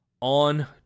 on